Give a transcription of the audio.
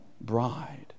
bride